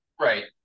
Right